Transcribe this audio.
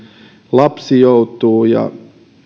lapsi joutuu ja